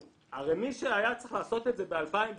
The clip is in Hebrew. מי שהיה צריך לעשות את זה ב-2008,